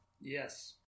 Yes